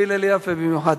ב"הלל יפה" במיוחד.